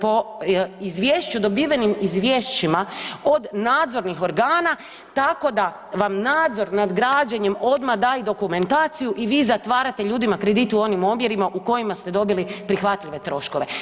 Po izvješću dobivenim izvješćima od nadzornih organa tako da vam nadzor nad građenjem odmah da i dokumentaciju i vi zatvarate ljudima kredit u onim omjerima u kojima ste dobili prihvatljive troškove.